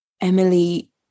Emily